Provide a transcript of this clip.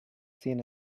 seen